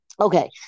Okay